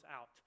out